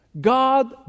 God